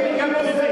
גם אני לא מבין.